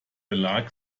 belag